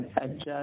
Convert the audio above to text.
adjust